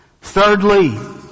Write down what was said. thirdly